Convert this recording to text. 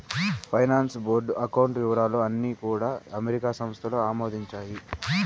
finance board account వివరాలు అన్నీ కూడా అమెరికా సంస్థలు ఆమోదించాయి